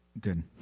Good